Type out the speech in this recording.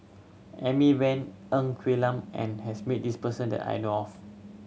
Amy Van Ng Quee Lam and has meet this person that I know of